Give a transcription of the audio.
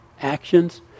actions